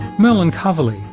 merlin coverley.